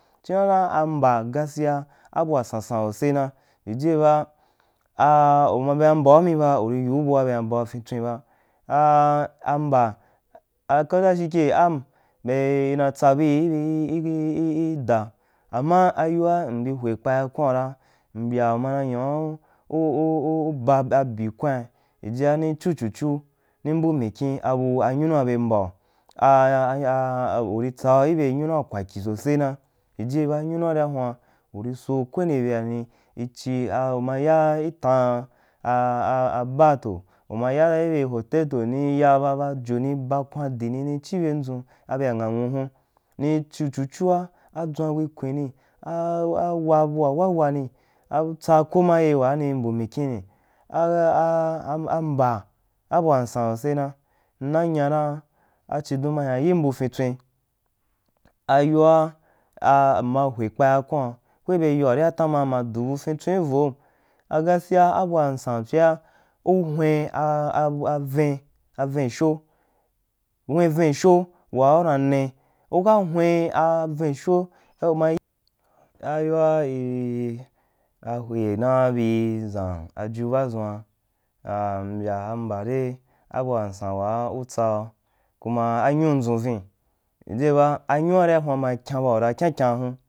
Chiara amba gaskiya abua sansan sose na ijie ba na bema mbau mi ba uri yiu bua bena bau ra fintswen ba a a amba ko dashuke am beeh ina tsa bũi i ida, ama ayo a m bi hwe kpaya kwaon ra mbya u ma na nyau u u ba abi kwin jijia ni chu chu chu ni mbu mikyin abu anyunua be mbau a a a uri tsau ibenyu ua ibe mbau ibe nyunua kwakyi sose na, jijiye ba nyunua ria huan uriso so kwende beari i chi a uma ya tan bar toh uma ya be hote toh nii ya ba bojo nii ba kwandi ni chibendʒun abea nghaghu hun nii chu chu chu a a dʒwan wikwi ni a-a wa bua wawani a tsa ko maye waa ni mbu mikyin ni, a a a amba abua nsan sosena m na nya dan a chidon ma hyan yin bu fintswin ayoa mma hwe kpaya kwayo ko ibe yoa ria tanma mma du bu finstwen, ivom a gaskiya abuansan fyea u hwen a-a-a- vin-avin shoo, hwin vinsho haa ura ne uka hwin avinso un ahwe naa bu ʒan aju haʒu an a mbya ambade abua nsan, waa utsau kuma nyu ndʒun vin anyuaria huan ma kya bau ra kya nkyan hun.